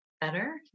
better